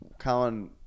Colin